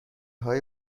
های